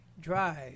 Drive